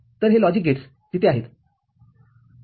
तरहे logic gates तिथे आहेत